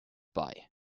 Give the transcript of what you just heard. buy